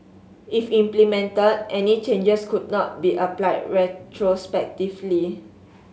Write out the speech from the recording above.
if implemented any changes could not be applied retrospectively